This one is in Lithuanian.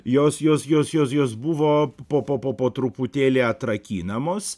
jos jos jos jos jos buvo po po po po truputėlį atrakinamos